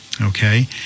Okay